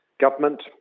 government